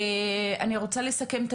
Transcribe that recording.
אני רוצה לסכם את